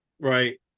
Right